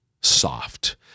soft